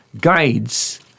guides